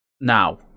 now